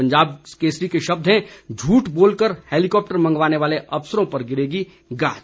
पंजाब केसरी के शब्द हैं झूठ बोलकर हैलीकॉप्टर मंगवाने वाले अफसरों पर गिरेगी गाज